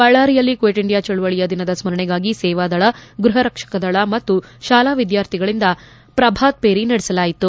ಬಳ್ಳಾರಿಯಲ್ಲಿ quit India ಚಳವಳಿಯ ದಿನದ ಸ್ಪರಣೆಗಾಗಿ ಸೇವಾದಳ ಗೃಹರಕ್ಷಕದಳ ಮತ್ತು ಶಾಲಾ ವಿದ್ಯಾರ್ಥಿಗಳಿಂದ ಪ್ರಭಾತ್ ಪೇರಿ ನಡೆಸಲಾಯಿತು